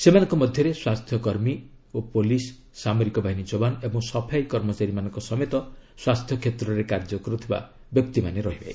ସେମାନଙ୍କ ମଧ୍ୟରେ ସ୍ୱାସ୍ଥ୍ୟକର୍ମୀ ଓ ପୁଲିସ ସାମିରକ ବାହିନୀ ଜବାନ ଏବଂ ସଫେଇ କମଚାରୀମାନଙ୍କ ସମେତ ସ୍ୱାସ୍ଥ୍ୟ କ୍ଷେତ୍ରରେ କାର୍ଯ୍ୟ କରୁଥିବା ବ୍ୟକ୍ତିମାନେ ରହିବେ